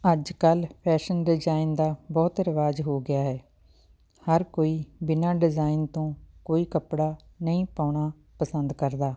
ਅੱਜ ਕੱਲ੍ਹ fashion design ਦਾ ਬਹੁਤ ਰਿਵਾਜ਼ ਹੋ ਗਿਆ ਹੈ ਹਰ ਕੋਈ ਬਿਨਾਂ ਡਿਜ਼ਾਇਨ ਤੋਂ ਕੋਈ ਕੱਪੜਾ ਨਹੀਂ ਪਾਉਣਾ ਪਸੰਦ ਕਰਦਾ